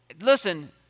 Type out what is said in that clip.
listen